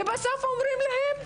ובסוף אומרים להן,